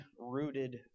rooted